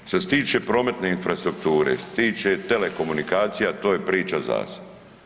Što se tiče prometne infrastrukture, što se tiče telekomunikacija to je priča za se.